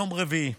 יום רביעי.